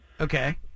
Okay